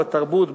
בתרבות,